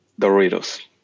Doritos